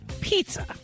Pizza